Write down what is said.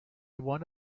one